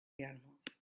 animals